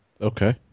Okay